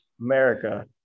America